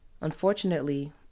Unfortunately